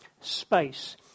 space